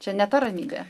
čia ne ta ramybė